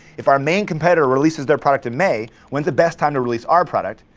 if our main competitor releases their product in may, when is the best time to release our product?